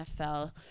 NFL